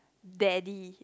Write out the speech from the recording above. daddy